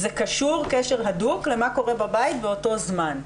זה קשור קשר הדוק למה קורה בבית באותו זמן.